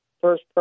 first